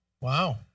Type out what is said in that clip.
Wow